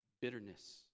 bitterness